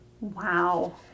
Wow